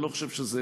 אני לא חושב שזה